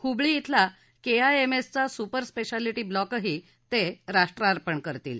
हुंबळी इथला केआयएमएसचा super speciality ब्लॉकही ते राष्ट्रार्पण करतील